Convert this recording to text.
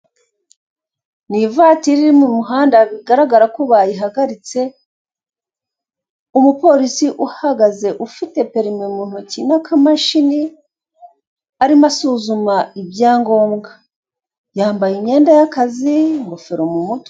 Ni ivatiri iri mu muhanda bigaragara ko bayihagaritse, umuporisi ahagaze ufite perime mu ntoki n'akamashini arimo asuzuma ibyangombwa. Yambaye imyenda y'akazi ingofero mu mutwe.